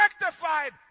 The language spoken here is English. rectified